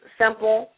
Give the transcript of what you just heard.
simple